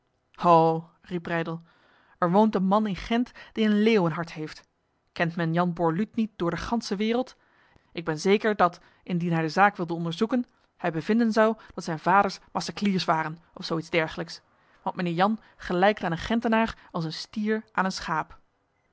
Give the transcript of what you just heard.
ho riep breydel er woont een man in gent die een leeuwenhart heeft kent men jan borluut niet door de ganse wereld ik ben zeker dat indien hij de zaak wilde onderzoeken hij bevinden zou dat zijn vaders macecliers waren of zo iets dergelijks want mijnheer jan gelijkt aan een gentenaar als een stier aan een schaap